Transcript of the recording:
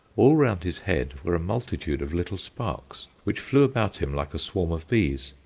all round his head were a multitude of little sparks, which flew about him like a swarm of bees,